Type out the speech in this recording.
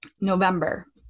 November